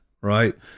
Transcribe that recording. right